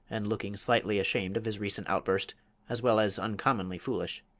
and looking slightly ashamed of his recent outburst as well as uncommonly foolish.